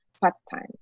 part-time